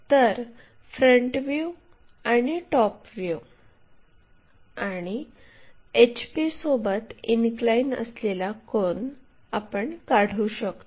तर front view आणि top view आणि HP सोबत इनक्लाइन असलेला कोन आपण काढू शकतो